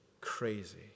Crazy